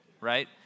right